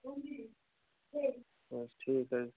ٹھیٖک حظ